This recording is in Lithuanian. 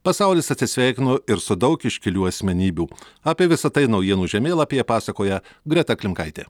pasaulis atsisveikino ir su daug iškilių asmenybių apie visa tai naujienų žemėlapyje pasakoja greta klimkaitė